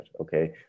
Okay